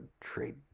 trade